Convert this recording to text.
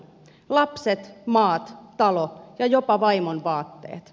lapset maat talo ja jopa vaimon vaatteet